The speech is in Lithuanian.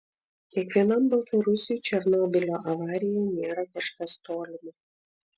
kiekvienam baltarusiui černobylio avarija nėra kažkas tolimo